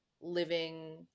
living